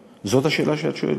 זאת השאלה שאת שואלת אותי?